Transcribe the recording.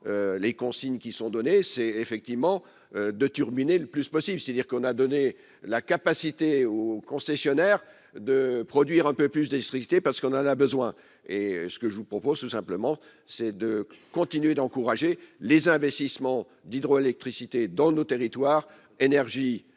les consignes qui sont données, c'est effectivement de terminer le plus possible, c'est-à-dire qu'on a donné la capacité au concessionnaire de produire un peu plus d'électricité parce qu'on en a besoin et ce que je vous propose tout simplement, c'est de continuer d'encourager les investissements d'hydroélectricité dans nos territoires énergie